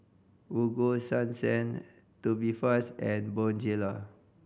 Ego Sunsense Tubifast and Bonjela